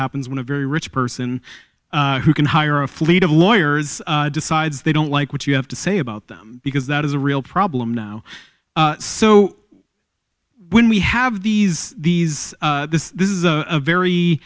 happens when a very rich person who can hire a fleet of lawyers decides they don't like what you have to say about them because that is a real problem now so when we have these these this this is a very